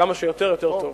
כמה שיותר, יותר טוב.